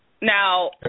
Now